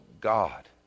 God